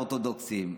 האורתודוקסים,